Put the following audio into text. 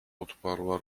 odparła